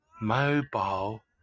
mobile